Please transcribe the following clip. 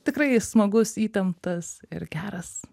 tikrai smagus įtemptas ir geras